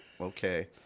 okay